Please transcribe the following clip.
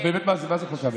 לא, באמת, מה זה חוק קמיניץ?